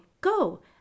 go